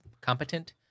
competent